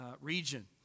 region